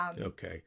Okay